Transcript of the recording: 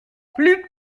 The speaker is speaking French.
plus